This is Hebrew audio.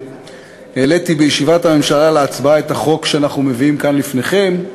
כשהעליתי בישיבת הממשלה להצבעה את החוק שאנחנו מביאים כאן לפניכם,